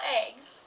eggs